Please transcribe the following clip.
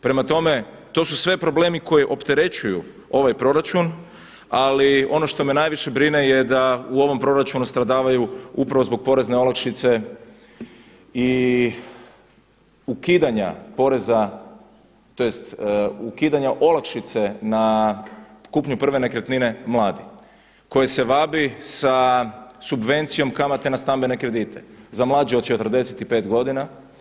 Prema tome, to su sve problemi koji opterećuju ovaj proračun, ali ono što me najviše brine je da u ovom proračunu stradavaju upravo zbog porezne olakšice i ukidanja poreza, tj. ukidanja olakšice na kupnju prve nekretnine mladi, koje se vabi sa subvencijom kamate na stambene kredite za mlađe od 45 godina.